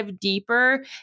Deeper